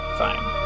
fine